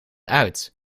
uit